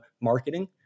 marketing